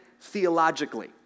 theologically